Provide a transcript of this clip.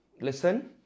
listen